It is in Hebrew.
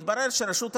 התברר שרשות המיסים,